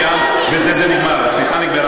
בזה זה נגמר, השיחה נגמרה.